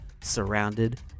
surrounded